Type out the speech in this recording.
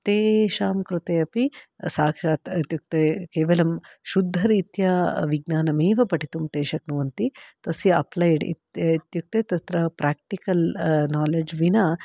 तेषां कृते अपि साक्षात् इत्युक्ते केवलं शुद्धरीत्या विज्ञानम् एव पठितुं ते शक्नुवन्ति तस्य अप्पलैड् इत्युक्ते तत्र प्राक्टिकल् नालेज् विना